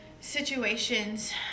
situations